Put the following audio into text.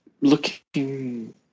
looking